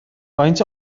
faint